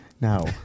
now